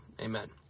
Amen